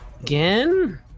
again